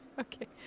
Okay